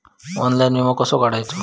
Online विमो कसो काढायचो?